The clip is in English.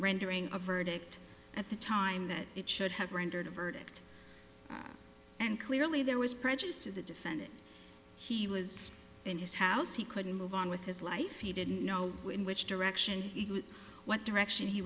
rendering a verdict at the time that it should have rendered a verdict and clearly there was prejudice to the defendant he was in his house he couldn't move on with his life he didn't know when which direction what direction he